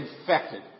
infected